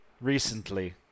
recently